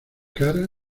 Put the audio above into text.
cara